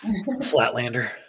Flatlander